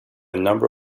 number